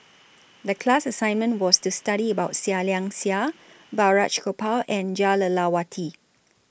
The class assignment was to study about Seah Liang Seah Balraj Gopal and Jah Lelawati